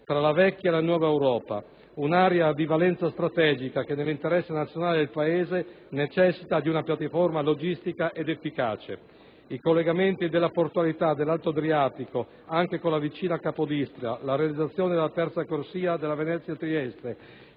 tra la vecchia e la nuova Europa, un'area dalla valenza strategica che nell'interesse nazionale del Paese necessita di una piattaforma logistica efficace. I collegamenti della portualità dell'Alto Adriatico, anche con la vicina Capodistria, la realizzazione della terza corsia della Venezia-Trieste,